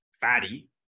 fatty